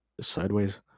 sideways